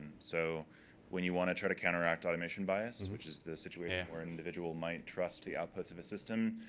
so when you want to try to counts act automation bias, which is the situation where an individual might trust the output of a system,